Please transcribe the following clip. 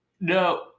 No